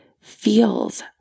feels